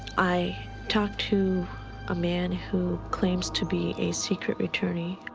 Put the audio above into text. i talked to a man who claims to be a secret attorney.